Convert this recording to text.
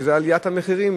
שזה עליית המחירים,